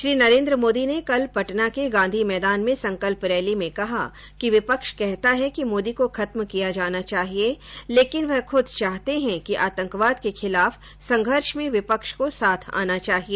श्री नरेन्द्र मोदी ने कल पटना के गांधी मैदान में संकल्प रैली में कहा कि विपक्ष कहता है कि मोदी को खत्म किया जाना चाहिए लेकिन वह खुद चाहते हैं कि आतंकवाद के खिलाफ संघर्ष में विपक्ष को साथ आना चाहिए